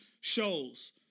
shows